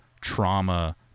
trauma